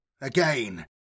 Again